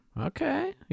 Okay